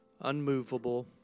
unmovable